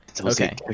Okay